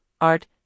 art